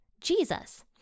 Jesus